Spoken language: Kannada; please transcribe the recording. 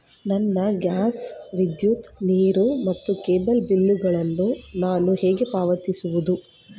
ನನ್ನ ಗ್ಯಾಸ್, ವಿದ್ಯುತ್, ನೀರು ಮತ್ತು ಕೇಬಲ್ ಬಿಲ್ ಗಳನ್ನು ನಾನು ಹೇಗೆ ಪಾವತಿಸುವುದು?